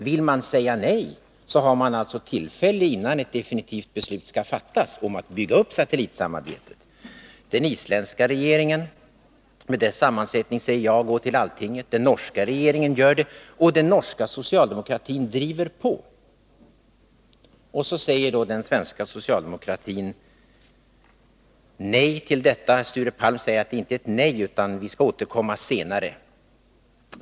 Vill man säga nej, har man alltså tillfälle att göra det, innan ett definitivt beslut skall fattas om att bygga upp satellitsamarbetet. Den isländska regeringen med dess sammansättning säger ja och går till alltinget. Den norska regeringen säger ja, och den norska socialdemokratin driver på. Så säger då den svenska socialdemokratin nej. Sture Palm säger att det inte är ett nej — man vill återkomma senare.